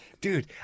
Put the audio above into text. Dude